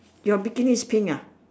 your bikini is pink ya